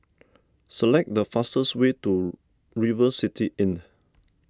select the fastest way to River City Inn